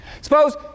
Suppose